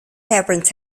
caverns